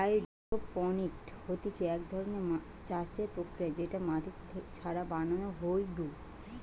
hydroponics হতিছে এক ধরণের চাষের প্রক্রিয়া যেটা মাটি ছাড়া বানানো হয়ঢু